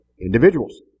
individuals